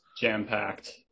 Jam-packed